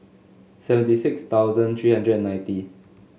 seventy six thousand three hundred and ninety